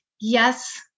yes